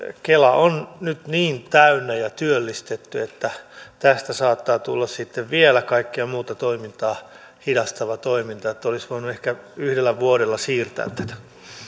kela on nyt niin täynnä ja työllistetty että tästä saattaa tulla sitten vielä kaikkea muuta toimintaa hidastavaa toimintaa että olisi voinut ehkä yhdellä vuodella siirtää tätä